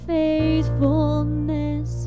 faithfulness